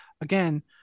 again